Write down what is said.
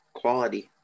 quality